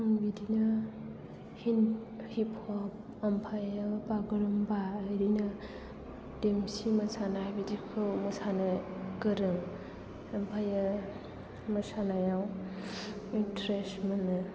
आं बिदिनो हिप ह'प आमफायो बागुरुमबा ओरैनो देमसि मोसानाय बिदिखौ मोसानो गोरों ओमफायो मोसानायाव इन्ट्रेस मोनो